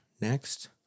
next